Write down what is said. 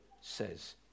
says